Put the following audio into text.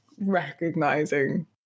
recognizing